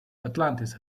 atlantis